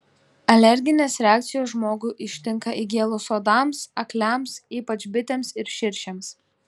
alerginės reakcijos žmogų ištinka įgėlus uodams akliams ypač bitėms ir širšėms